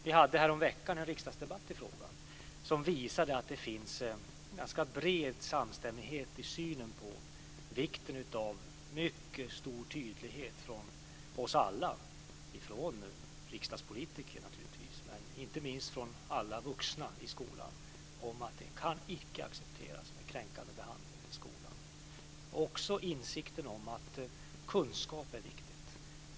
Vi hade häromveckan en riksdagsdebatt i frågan som visade att det finns en ganska bred samstämmighet i synen på vikten av mycket stor tydlighet från oss alla - det gäller naturligtvis från riksdagspolitiker, men inte minst från alla vuxna i skolan - att kränkande behandling i skolan icke kan accepteras. Insikten finns om att kunskap är viktig.